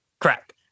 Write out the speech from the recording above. crack